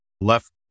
left